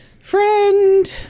friend